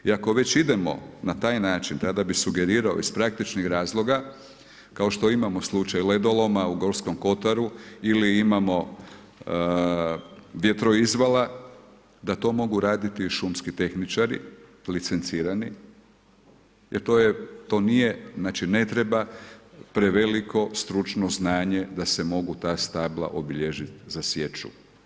I ako već idemo na taj način tada bih sugerirao iz praktičnih razloga kao što imamo slučaj ledoloma u Gorskom kotaru ili imamo vjetroizvala, da to mogu raditi i šumski tehničari licencirani jer to je, to nije, znači ne treba preveliko stručno znanje da se mogu ta stabla obilježit za sječu.